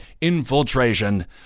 infiltration